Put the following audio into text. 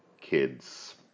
kids